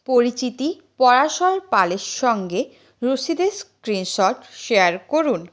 পরিচিতি পরাশর পালের সঙ্গে রসিদের স্ক্রিনশট শেয়ার করুন